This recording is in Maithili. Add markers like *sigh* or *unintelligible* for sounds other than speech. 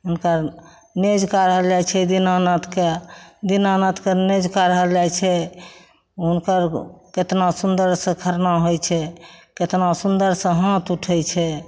हुनकर *unintelligible* दीनानाथके दीनानाथके *unintelligible* जाइ छै हुनकर केतना सुन्दरसँ खरना होइ छै केतना सुन्दरसँ हाथ उठय छै